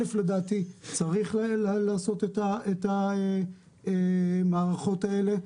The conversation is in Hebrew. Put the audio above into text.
דבר ראשון, לדעתי צריך לעשות את המערכות האלה.